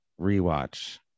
Rewatch